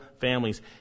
families